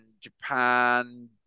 japan